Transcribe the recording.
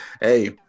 Hey